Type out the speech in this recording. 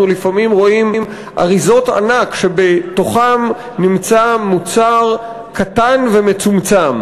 לפעמים רואים אריזות ענק שבתוכן נמצא מוצר קטן ומצומצם.